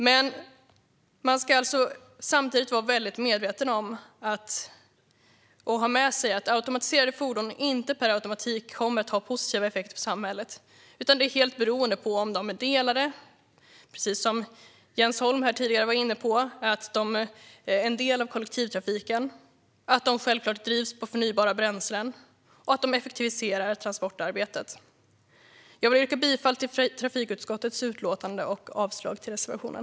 Samtidigt ska vi dock vara medvetna om att automatiserade fordon inte per automatik kommer att ha positiva effekter på samhället utan att det är beroende av om det är delade, alltså att de precis som Jens Holm var inne på är en del av kollektivtrafiken, att de drivs med förnybara bränslen och att de effektiviserar transportarbetet. Jag yrkar bifall till utskottets förslag och avslag på reservationen.